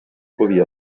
podia